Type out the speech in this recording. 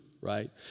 right